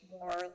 more